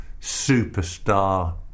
superstar